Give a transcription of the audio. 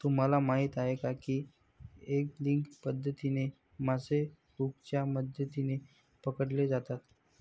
तुम्हाला माहीत आहे का की एंगलिंग पद्धतीने मासे हुकच्या मदतीने पकडले जातात